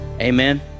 Amen